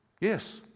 yes